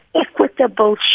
equitable